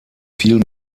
vielen